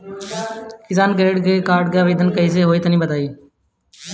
किसान credit card के आवेदन कईसे होई तनि बताई?